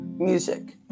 Music